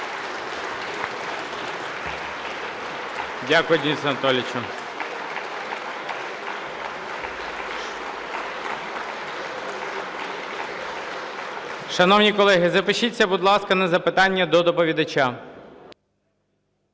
Дякую, Денисе Анатолійовичу. Шановні колеги, запишіться, будь ласка, на запитання до доповідача.